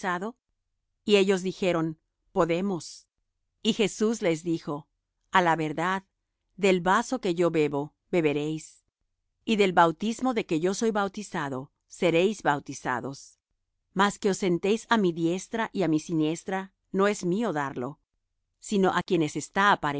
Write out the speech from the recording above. y ellos dijeron podemos y jesús les dijo a la verdad del vaso que yo bebo beberéis y del bautismo de que soy bautizado seréis bautizados mas que os sentéis á mi diestra y á mi siniestra no es mío darlo sino á quienes está